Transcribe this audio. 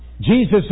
Jesus